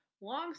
long